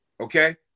Okay